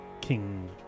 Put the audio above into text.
King